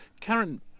Karen